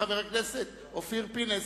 חבר הכנסת אופיר פינס,